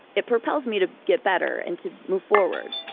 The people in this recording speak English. it propels me to get better and to move forward.